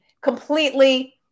completely